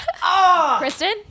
Kristen